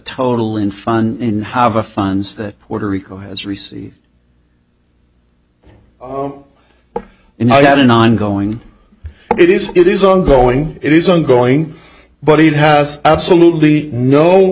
total in fun in have a funds that puerto rico has received and i had an ongoing it is it is ongoing it is ongoing but it has absolutely no